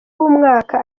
w’umwaka